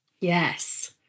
yes